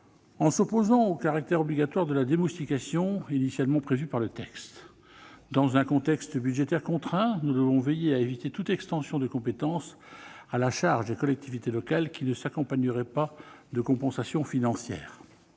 en s'opposant au caractère obligatoire de la démoustication initialement prévu par le texte. Dans un contexte budgétaire contraint, nous devons veiller à éviter toute extension de compétence à la charge des collectivités locales qui ne s'accompagnerait pas de compensations financières.